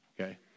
okay